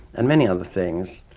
and many other things.